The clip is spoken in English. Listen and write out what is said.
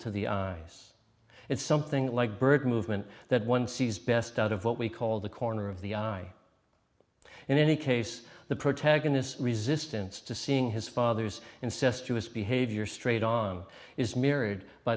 to the eyes it's something like bird movement that one sees best out of what we call the corner of the eye in any case the protagonist resistance to seeing his father's incestuous behavior straight on is mirrored by